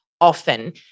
often